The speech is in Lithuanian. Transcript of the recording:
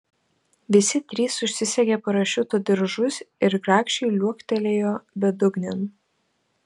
visi trys užsisegė parašiutų diržus ir grakščiai liuoktelėjo bedugnėn